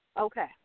Okay